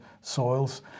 soils